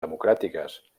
democràtiques